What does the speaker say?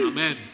Amen